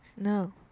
No